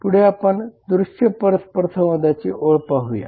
पुढे आपण दृश्य परस्परसंवादाची ओळ पाहूया